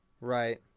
Right